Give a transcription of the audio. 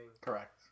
Correct